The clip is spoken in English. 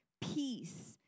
Peace